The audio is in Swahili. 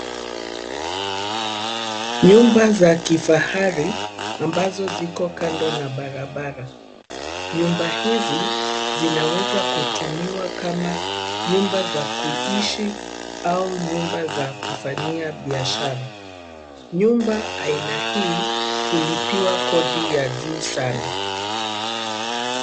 Nyumba za kifahari ambazo ziko kando na barabara. Nyumba hizi zinaweza kutumiwa kama nyumba za kuishi au nyumba za kufanyia biashara. Nyumba aina hii, hulipiwa kodi ya juu sana.